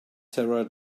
sarah